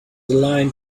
aligned